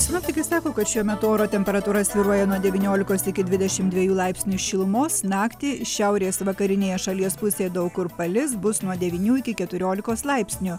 sinoptikai sako kad šiuo metu oro temperatūra svyruoja nuo devyniolikos iki dvidešim dviejų laipsnių šilumos naktį šiaurės vakarinėje šalies pusėje daug kur palis bus nuo devynių iki keturiolikos laipsnių